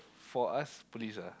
for us police ah